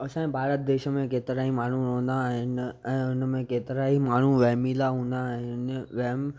असांजे भारत देश में केतिरा ई माण्हू रहंदा आहिनि ऐं उनमें केतिरा ई माण्हू वहमीला हूंदा आहिनि वहम